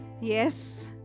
Yes